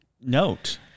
note